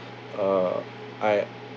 uh I